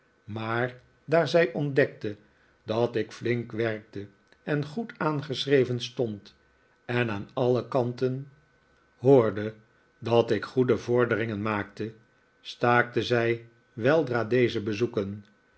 maar daar zij ontdekte dat ik flink werkte en goed aangeschreven stond en aan alle kanten hoorde dat ik goede vorderingen maakte staakte zij weldra deze bezoeken